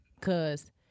Cause